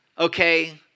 okay